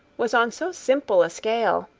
was on so simple a scale,